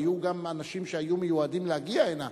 היו גם אנשים שהיו מיועדים להגיע הנה.